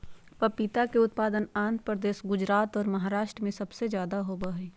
पपीता के उत्पादन आंध्र प्रदेश, गुजरात और महाराष्ट्र में सबसे ज्यादा होबा हई